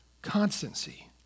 Constancy